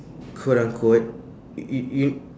quote unquote y~ y~ you